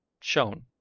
shown